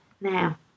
now